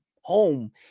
Home